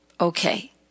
Okay